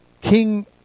king